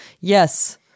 Yes